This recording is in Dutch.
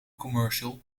commercial